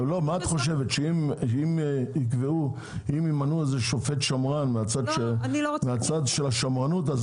את חושבת שאם ימנו שופט שמרן מהצד של השמרנות,